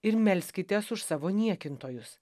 ir melskitės už savo niekintojus